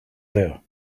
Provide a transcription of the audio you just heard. there